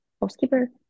housekeeper